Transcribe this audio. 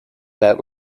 that